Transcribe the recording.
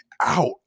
out